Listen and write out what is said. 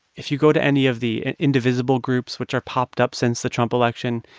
if you go to any of the indivisible groups which are popped up since the trump election,